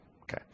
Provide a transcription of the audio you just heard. Okay